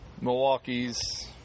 Milwaukee's